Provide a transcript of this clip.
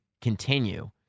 continue